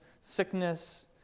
sickness